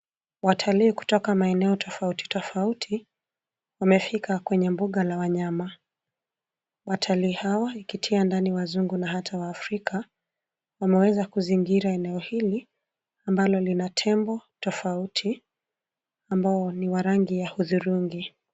Watalii kutoka maeneo tofauti tofauti wamefika kwenye mbuga la wanyama. Watalii hawa, ikitia ndani wazungu na hata Waafrika, wameweza kuzingira eneo hili ambalo lina tembo tofauti ambao ni wa rangi ya hudhurungi.